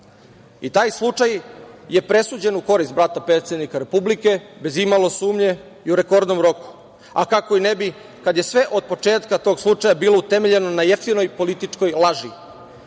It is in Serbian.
slučaj je presađen u korist brata predsednika Republike bez imalo sumnje i u rekordnom roku, a kako i ne bi kad je sve od početka tog slučaja bilo utemeljen na jeftinoj političkoj laži.